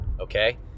okay